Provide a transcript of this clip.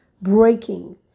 breaking